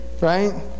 right